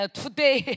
today